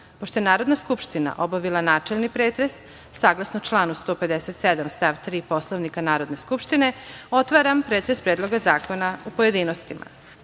je Narodna skupština obavila načelni pretres, saglasno članu 157. stav 3. Poslovnika Narodne skupštine, otvaram pretres Predloga zakona u pojedinostima. Na